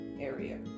area